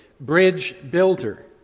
bridge-builder